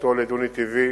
הפיכתו לדו-נתיבי